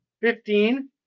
fifteen